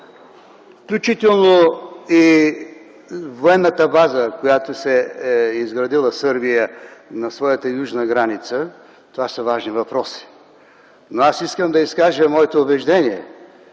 включително и военната база, която Сърбия е изградила на своята южна граница, това са важни въпроси. Но аз искам да изкажа моето убеждение,